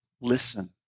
Listen